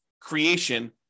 creation